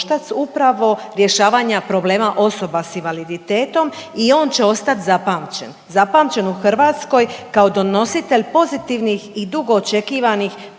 upravo rješavanja problema osoba s invaliditetom i on će ostat zapamćen, zapamćen u Hrvatskoj kao donositelj pozitivnih i dugo očekivanih